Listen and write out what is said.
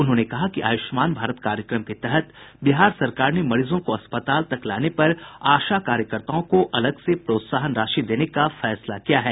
उन्होंने कहा कि आयुष्मान भारत कार्यक्रम के तहत बिहार सरकार ने मरीजों को अस्पताल तक लाने पर आशा कार्यकर्ताओं को अलग से प्रोत्साहन राशि देने का फैसला किया है